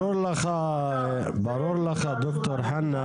ברור לך ד"ר חנא